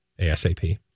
asap